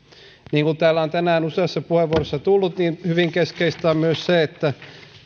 niin kuin täällä on tänään useassa puheenvuorossa tullut esiin hyvin keskeistä on myös se että